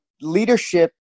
leadership